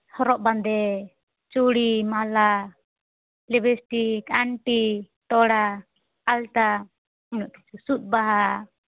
ᱦᱚᱨᱚᱜ ᱵᱟᱸᱫᱮ ᱪᱩᱲᱤ ᱢᱟᱞᱟ ᱞᱤᱯᱤᱥᱴᱤᱠ ᱟᱝᱴᱷᱤ ᱛᱚᱲᱟ ᱟᱞᱛᱟ ᱩᱱᱟᱹᱜ ᱠᱤᱪᱷᱩ ᱥᱩᱫ ᱵᱟᱦᱟ